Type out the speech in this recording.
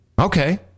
Okay